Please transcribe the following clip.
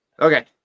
okay